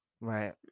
Right